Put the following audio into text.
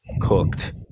cooked